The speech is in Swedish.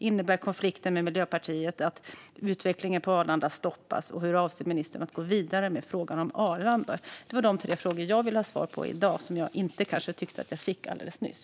Innebär konflikten med Miljöpartiet att utvecklingen på Arlanda stoppas, och hur avser ministern att gå vidare med frågan om Arlanda? Detta var de tre frågor jag vill ha svar på i dag, vilket jag inte tyckte att jag fick alldeles nyss.